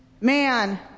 man